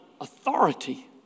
authority